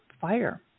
fire